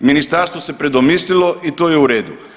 Ministarstvo se predomislilo i to je u redu.